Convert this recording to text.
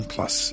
Plus